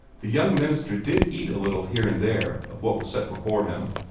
the young minister did eat a little here and there of what was set before him,